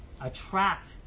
attract